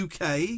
UK